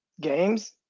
games